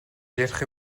ярих